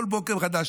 כל בוקר מחדש,